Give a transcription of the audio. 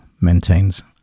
maintains